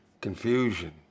confusion